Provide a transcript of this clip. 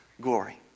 glory